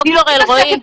תכף נגיע למאמן.